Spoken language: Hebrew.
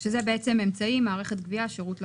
זה בעצם אמצעי, מערכת גבייה, שירות לקוחות.